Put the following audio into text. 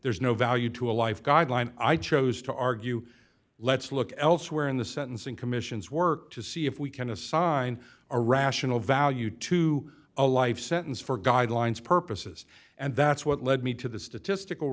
there's no value to a life guideline i chose to argue let's look elsewhere in the sentencing commission's work to see if we can assign a rational value to a life sentence for guidelines purposes and that's what led me to the statistical